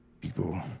people